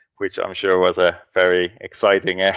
which i'm sure was a very exciting ah